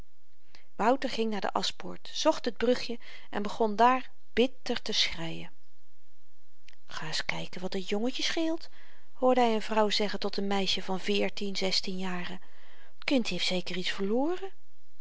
wouter ging naar de aschpoort zocht het brugje en begon daar bitter te schreien ga eens kyken wat dat jongetje scheelt hoorde hy n vrouw zeggen tot een meisje van veertien zestien jaren t kind heeft zeker iets verloren